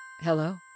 Hello